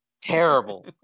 Terrible